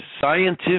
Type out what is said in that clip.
scientific